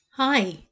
Hi